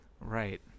Right